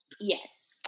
Yes